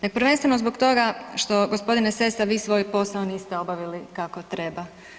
Nego prvenstveno zbog toga što gospodine Sessa vi svoj posao niste obavili kako treba.